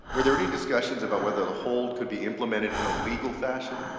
were there any discussions about whether the hold could be implement it in a legal fashion?